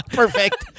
perfect